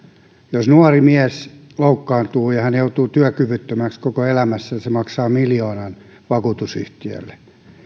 jos nuori mies loukkaantuu ja hän joutuu työkyvyttömäksi koko elämäksensä se maksaa miljoonan vakuutusyhtiölle